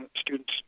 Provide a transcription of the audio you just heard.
students